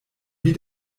wie